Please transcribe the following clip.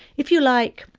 if you like,